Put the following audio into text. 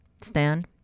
stand